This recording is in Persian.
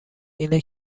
اینه